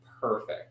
perfect